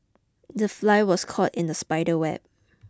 the fly was caught in the spider web